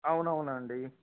అవును అవునండి